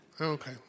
Okay